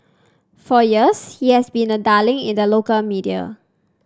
for years he has been a darling in the local media